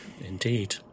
Indeed